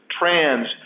trans